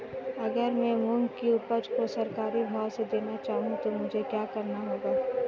अगर मैं मूंग की उपज को सरकारी भाव से देना चाहूँ तो मुझे क्या करना होगा?